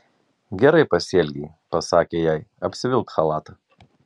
gerai pasielgei pasakė jai apsivilk chalatą